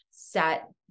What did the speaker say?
set